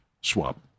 swap